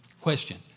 question